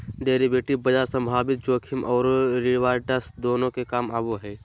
derivative बाजार संभावित जोखिम औरो रिवार्ड्स दोनों में काम आबो हइ